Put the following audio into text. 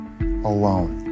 alone